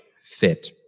fit